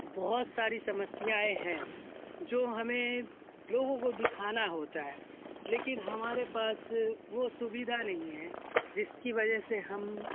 بہت ساری سمسیائیں ہیں جو ہمیں لوگوں کو دکھانا ہوتا ہے لیکن ہمارے پاس وہ سویدھا نہیں ہے جس کی وجہ سے ہم